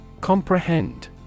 Comprehend